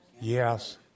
Yes